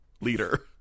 Leader